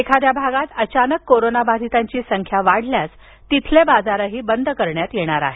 एखाद्या भागात अचानक कोरोनाबाधितांची संख्या वाढल्यास तिथले बाजारही बंद करण्यात येणार आहेत